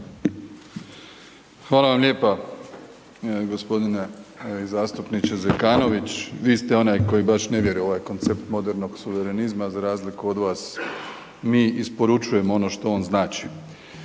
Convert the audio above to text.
Hvala vam lijepa g. zastupniče Zekanović, vi ste onaj koji baš ne vjeruje u ovaj koncept modernog suverenizma, za razliku od vas mi isporučujemo ono što on znači.